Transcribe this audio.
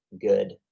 good